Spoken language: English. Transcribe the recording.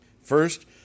First